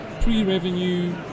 pre-revenue